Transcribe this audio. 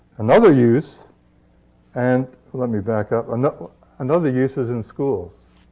another use and let me back up. another another use is in schools.